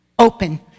Open